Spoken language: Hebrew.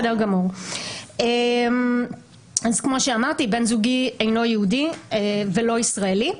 כמו שאמרתי, בן זוגי אינו יהודי ולא ישראלי.